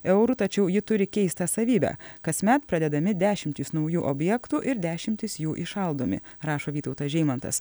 eurų tačiau ji turi keistą savybę kasmet pradedami dešimtys naujų objektų ir dešimtys jų įšaldomi rašo vytautas žeimantas